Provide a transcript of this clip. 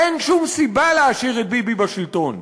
אין שום סיבה להשאיר את ביבי בשלטון.